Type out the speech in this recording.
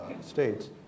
states